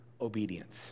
obedience